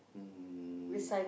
um